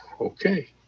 okay